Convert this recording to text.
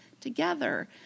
together